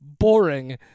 boring